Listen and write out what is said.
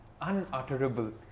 Unutterable